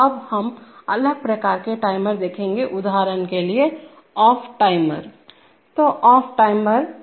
तो अब हम अलग प्रकार के टाइमर देखेंगे उदाहरण के लिए ऑफ टाइमर